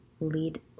lead